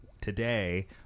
today